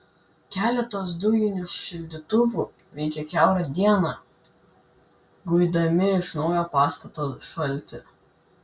keletas dujinių šildytuvų veikė kiaurą dieną guidami iš naujo pastato šaltį